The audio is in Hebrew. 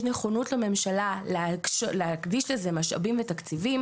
יש נכונות להקדיש לזה משאבים ותקציבים,